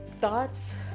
thoughts